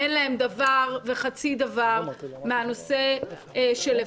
אין להם דבר וחצי דבר מהנושא שלפנינו,